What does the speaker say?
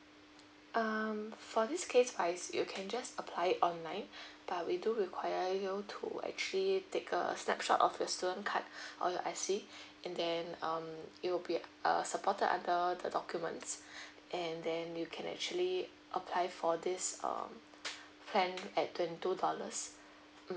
um for this case wise you can just apply it online but we do require you to actually take a snapshot of your student card or your I_C and then um it will be uh supported under the documents and then you can actually apply for this um plan at twenty two dollars mm